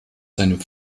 seinem